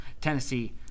Tennessee